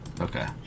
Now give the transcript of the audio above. okay